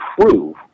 prove